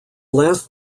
last